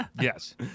Yes